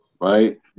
right